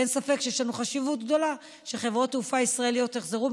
אין ספק שיש חשיבות גדולה שחברות תעופה ישראליות יחזרו,